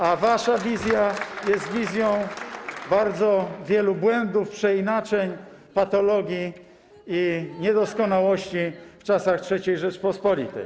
A wasza wizja jest wizją bardzo wielu błędów, przeinaczeń, patologii i niedoskonałości w czasach III Rzeczypospolitej.